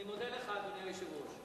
אני מודה לך, אדוני היושב-ראש.